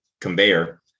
conveyor